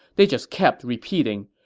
they just kept repeating,